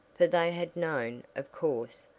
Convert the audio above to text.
for they had known, of course,